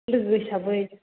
लोगो हिसाबै